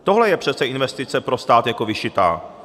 Tohle je přece investice pro stát jako vyšitá.